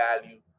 value